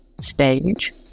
stage